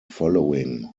following